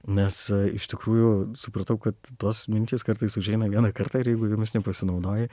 nes iš tikrųjų supratau kad tos mintys kartais užeina vieną kartą ir jeigu jomis nepasinaudoji